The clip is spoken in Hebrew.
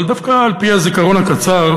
אבל דווקא על-פי הזיכרון הקצר,